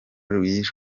rw’i